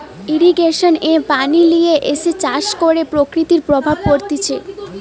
irrigation এ পানি লিয়ে এসে চাষ করে প্রকৃতির প্রভাব পড়তিছে